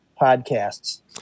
podcasts